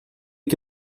que